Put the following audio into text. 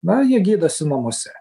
na jie gydosi namuose